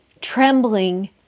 trembling